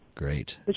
Great